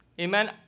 amen